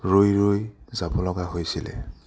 ৰৈ ৰৈ যাব লগা হৈছিলে